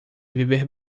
viver